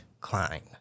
Klein